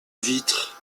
vitre